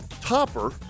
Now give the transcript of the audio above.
topper